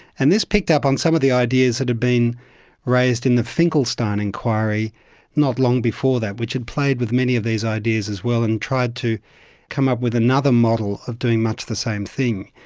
and this picked up on some of the ideas that had been raised in the finkelstein inquiry not long before that, which had played with many of these ideas as well and tried to come up with another model of doing much the same thing.